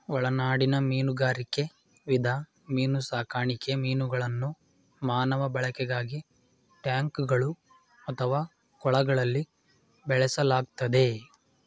ಒಳನಾಡಿನ ಮೀನುಗಾರಿಕೆ ವಿಧ ಮೀನುಸಾಕಣೆ ಮೀನುಗಳನ್ನು ಮಾನವ ಬಳಕೆಗಾಗಿ ಟ್ಯಾಂಕ್ಗಳು ಅಥವಾ ಕೊಳಗಳಲ್ಲಿ ಬೆಳೆಸಲಾಗ್ತದೆ